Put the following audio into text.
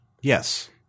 Yes